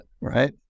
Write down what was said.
right